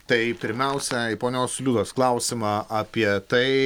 tai pirmiausia į ponios liudos klausimą apie tai